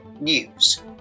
news